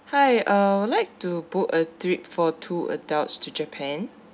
hi I would like to book a trip for two adults to japan